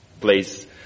place